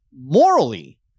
morally